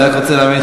אני רק רוצה להבין,